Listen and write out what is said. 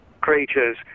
creatures